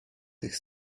tych